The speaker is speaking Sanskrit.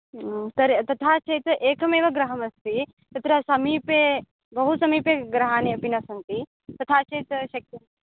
तर्ह् तथा चेत् एकमेव गृहमस्ति तत्र समीपे बहु समीपे गृहाणि अपि न सन्ति तथा चेत् शक्य